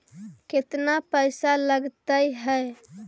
केतना पैसा लगय है?